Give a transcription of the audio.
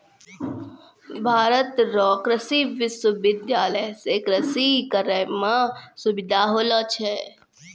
भारत रो कृषि विश्वबिद्यालय से कृषि करै मह सुबिधा होलो छै